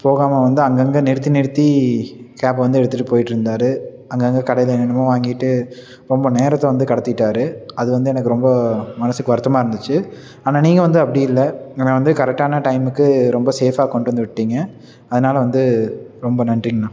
போகாமல் வந்து அங்கங்கே நிறுத்தி நிறுத்தி கேபை வந்து எடுத்துகிட்டு போய்ட்ருந்தாரு அங்கங்கே கடையில் என்னன்னமோ வாங்கிகிட்டு ரொம்ப நேரத்தை வந்து கடத்திவிட்டாரு அது வந்து எனக்கு ரொம்ப மனதுக்கு வருத்தமாக இருந்துச்சு ஆனால் நீங்கள் வந்து அப்படி இல்லை என்னை வந்து கரெக்டான டைமுக்கு ரொம்ப சேஃபாக கொண்டு வந்து விட்டீங்க அதனால வந்து ரொம்ப நன்றிங்கண்ணா